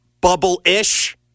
bubble-ish